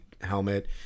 helmet